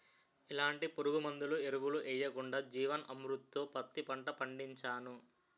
ఎలాంటి పురుగుమందులు, ఎరువులు యెయ్యకుండా జీవన్ అమృత్ తో పత్తి పంట పండించాను